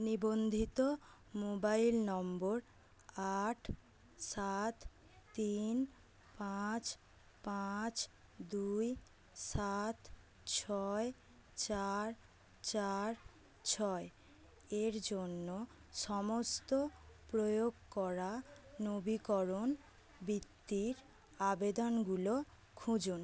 নিবন্ধিত mobile number আট সাত তিন পাঁচ পাঁচ দুই সাত ছয় চার চার ছয় এর জন্য সমস্ত প্রয়োগ করা নবীকরণ বৃত্তির আবেদনগুলো খুঁজুন